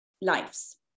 lives